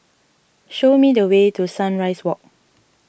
show me the way to Sunrise Walk